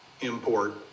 import